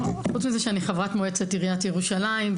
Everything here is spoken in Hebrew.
חוץ מזה שאני חברת מועצת עיריית ירושלים,